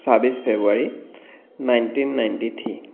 চাব্বিছ February nineteen ninety three